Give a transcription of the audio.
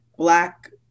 Black